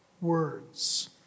words